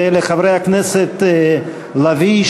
לחברי הכנסת לביא,